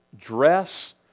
dress